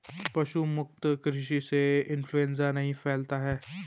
पशु मुक्त कृषि से इंफ्लूएंजा नहीं फैलता है